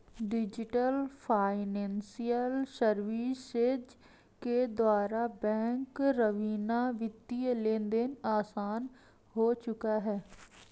diesel financial services के द्वारा bank रवीना वित्तीय लेनदेन आसान हो चुका है